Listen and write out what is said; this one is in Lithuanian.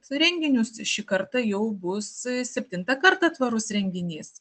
renginius šį kartą jau bus septintą kartą tvarus renginys